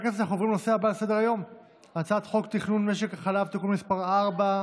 תוסיף אותי,